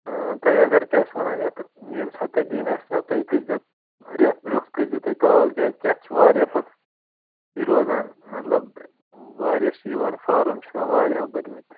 آ تۄہہِ اگر کیٛاہ چھِ وَنان یَتھ ییٚمہِ ساتہٕ تُہۍ دِنۍ آسہِ نا تُہۍ کٔرۍزیٚو رٮ۪تھ برونٛہہ کٔرۍزیو تُہۍ کال کیٛازِکہِ اَتھ چھِ واریاہ پَتہٕ یہِ روزان مطلب واریاہ چھِ یِوان فارٕم چھِ آسان واریاہو بٔرۍ مٕتۍ